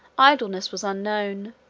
idleness was unknown.